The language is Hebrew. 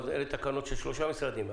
אבל אלה תקנות של שלושה משרדים.